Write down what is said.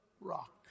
rock